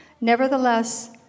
nevertheless